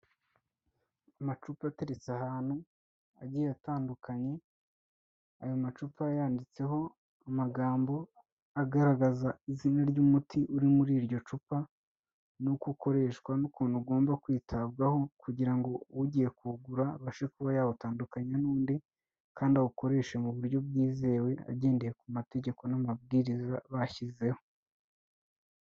Amacupa ateretse ahantu agiye atandukanye, ayo macupa yanditseho amagambo agaragaza izina ry'umuti uri muri iryo cupa n'uko ukoreshwa n'ukuntu ugomba kwitabwaho kugira ngo ugiye kuwugura abashe kuba yawutandukanya n'undi, kandi awukoreshe mu buryo bwizewe agendeye ku mategeko n'amabwiriza bashyizeho.